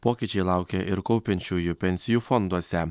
pokyčiai laukia ir kaupiančiųjų pensijų fonduose